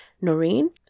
Noreen